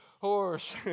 horse